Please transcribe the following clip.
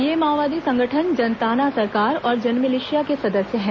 ये माओवादी संगठन जनताना सरकार और जनमिलिषिया सदस्य हैं